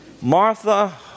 Martha